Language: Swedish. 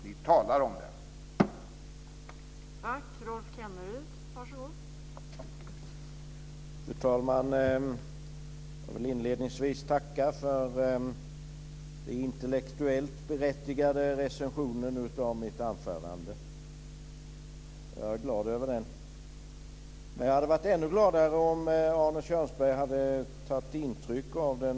Ni talar om att göra det.